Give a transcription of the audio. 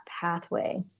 pathway